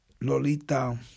Lolita